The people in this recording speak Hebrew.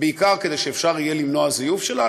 בעיקר כדי שיהיה אפשר למנוע זיוף שלה.